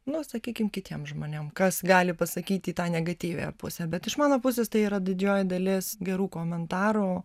nu sakykim kitiem žmonėm kas gali pasakyti į tą negatyviąją pusę bet iš mano pusės tai yra didžioji dalis gerų komentarų